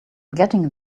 getting